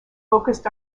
focused